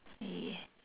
ya